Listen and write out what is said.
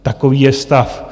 Takový je stav.